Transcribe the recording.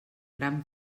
gran